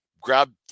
grab